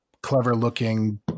clever-looking